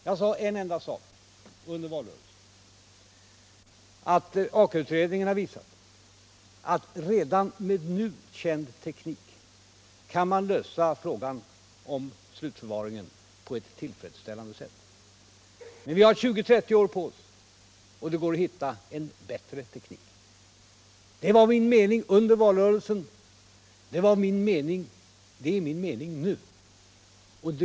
Jag sade under valrörelsen att Aka-utredningen har visat att man redan med nu känd teknik kan lösa frågan om slutförvaringen på ett tillfredsställande sätt men att vi har 20-30 år på oss och att det går att hitta en bättre teknik. Det var min mening under valrörelsen, det är min mening nu.